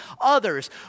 others